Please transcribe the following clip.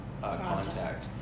contact